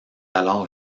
alors